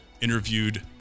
interviewed